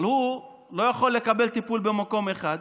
אבל הוא לא יכול לקבל טיפול במקום אחד.